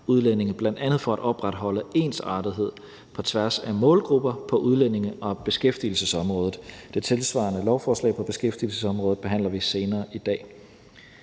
udlændinge, bl.a. for at opretholde ensartethed på tværs af målgrupper på udlændinge- og beskæftigelsesområdet. Det tilsvarende lovforslag på beskæftigelsesområdet behandler vi senere i dag.